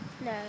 no